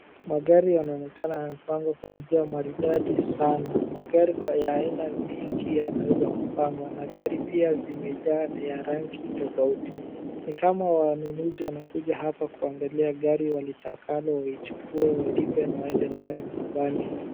Magari yanaonekana yamepangwa kwa njia maridadi sana. Magari ya aina mingi yanawezwa kupangwa na gari pia zimejaa ni ya rangi tofauti. Ni kama wanunuzi wanakuja hapa kuangalia gari walitakalo, waichukue , walipe na waende nayo nyumbani.